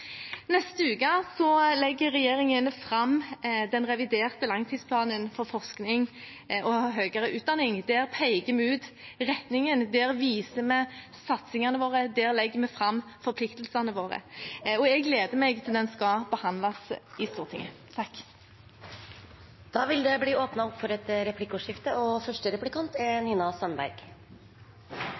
Neste uke legger regjeringen fram den reviderte langtidsplanen for forskning og høyere utdanning. Der peker vi ut retningen. Der viser vi satsingene våre. Der legger vi fram forpliktelsene våre. Jeg gleder meg til den skal behandles i Stortinget. Det blir replikkordskifte. Først: Velkommen til statsråden. Det er hyggelig å se henne igjen. Jeg vil